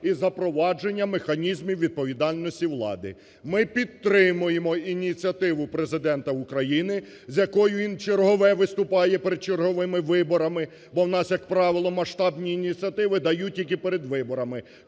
і запровадження механізмів відповідальності влади. Ми підтримуємо ініціативу Президента України, з якою він вчергове виступає перед черговими виборами. Бо у нас, як правило, масштабні ініціативи дають тільки перед виборами,